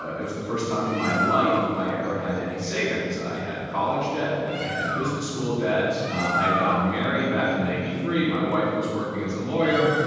ah it was the first time in my life i ever had any savings. i had college debt. then i had business school debt. i had gotten married back in ninety three. my wife was working as a lawyer.